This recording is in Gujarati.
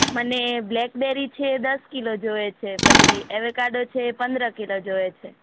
મને બ્લેકબેરી છે એ દસ કિલો જોઈએ છે પછી એવોકાડો છે એ પંદર કિલો જોઈએ છે